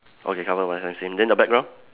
okay covered by some scene then the background